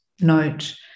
note